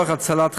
ולצורך הצלת חיים.